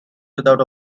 without